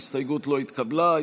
ההסתייגות לא התקבלה.